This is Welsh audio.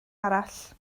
arall